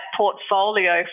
portfolio